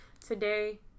today